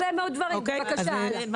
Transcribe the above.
לימור סון הר מלך (עוצמה יהודית): אנחנו רוצים את הפעולות.